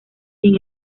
sin